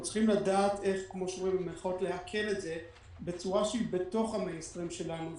אנחנו צריכים לדעת איך לעכל את זה בצורה שהיא בתוך המיינסטרים שלנו,